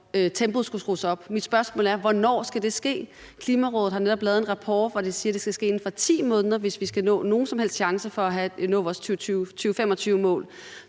tempoet skulle skrues op. Mit spørgsmål er: Hvornår skal det ske? Klimarådet har netop lavet en rapport, hvor de siger, at det skal ske inden for 10 måneder, hvis vi skal have nogen som helst chance for at nå vores 2025-mål.